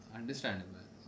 understandable